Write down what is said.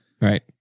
Right